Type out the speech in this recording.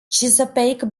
chesapeake